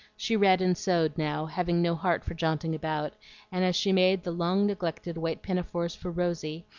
she read and sewed now, having no heart for jaunting about and as she made the long neglected white pinafores, for rosy,